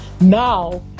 now